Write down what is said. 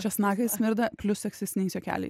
česnakai smirda plius seksistiniais juokeliais